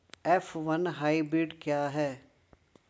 F one hybrid क्या है?